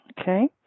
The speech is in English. Okay